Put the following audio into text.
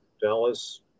Dallas